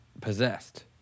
possessed